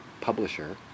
publisher